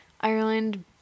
Ireland